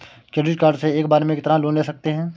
Credit card से एक बार में कितना लोन ले सकते हैं?